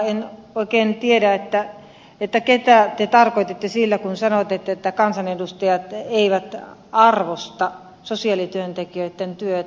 en oikein tiedä ketä te tarkoititte sillä kun sanoitte että kansanedustajat eivät arvosta sosiaalityöntekijöitten työtä